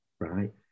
right